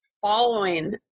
following